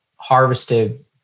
harvested